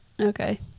okay